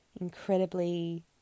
incredibly